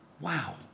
Wow